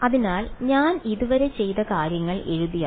അതിനാൽ ഞാൻ ഇതുവരെ ചെയ്ത കാര്യങ്ങൾ എഴുതിയാൽ